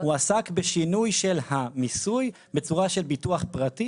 הוא עסק בשינוי של המיסוי בצורה של ביטוח פרטי,